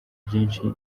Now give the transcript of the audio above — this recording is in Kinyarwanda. byinshi